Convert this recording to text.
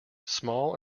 small